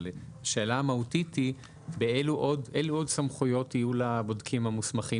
השאלה המהותית היא אילו עוד סמכויות יהיו לבודקים המוסמכים